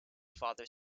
father